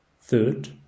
Third